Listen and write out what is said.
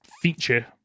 feature